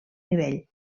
nivell